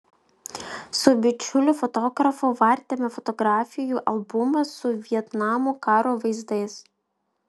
su bičiuliu fotografu vartėme fotografijų albumą su vietnamo karo vaizdais